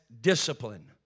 discipline